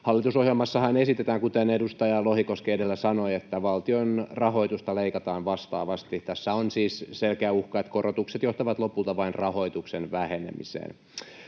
Hallitusohjelmassahan esitetään, kuten edustaja Lohikoski edellä sanoi, että valtion rahoitusta leikataan vastaavasti. Tässä on siis selkeä uhka, että korotukset johtavat lopulta vain rahoituksen vähenemiseen.